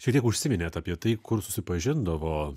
šiek tiek užsiminėt apie tai kur susipažindavo